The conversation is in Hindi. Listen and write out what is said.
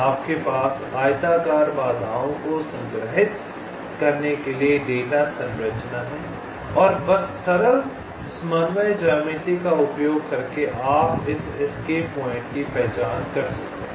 आपके पास आयताकार बाधाओं को संग्रहित करने के लिए डेटा संरचना है और बस सरल समन्वय ज्यामिति का उपयोग करके आप इस एस्केप पॉइंट की पहचान कर सकते हैं